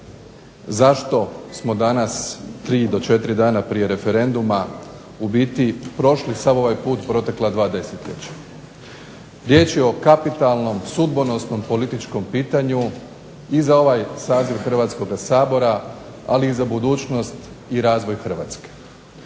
zašto smo danas 3 do 4 dana prije referenduma u biti prošli sav ovaj put protekla dva desetljeća. Riječ je o kapitalnom, sudbonosnom političkom pitanju i za ovaj saziv Hrvatskoga sabora, ali i za budućnost i razvoj Hrvatske.